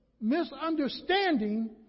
misunderstanding